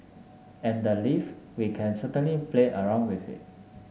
and the leave we can certainly play around with it